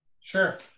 Sure